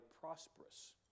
prosperous